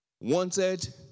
Wanted